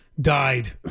died